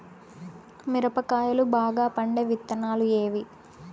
మిరప కాయలు బాగా పండే విత్తనాలు ఏవి